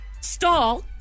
stall